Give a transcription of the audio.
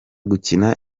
gukina